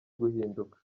guhinduka